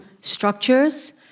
structures